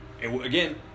again